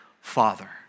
Father